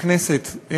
בכנסת,